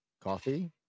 coffee